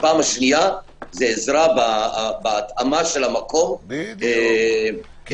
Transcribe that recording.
ופעם שנייה זה העזרה בהתאמת המקום מחיצות,